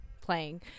playing